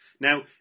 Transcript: Now